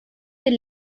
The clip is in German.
den